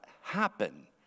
happen